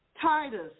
Titus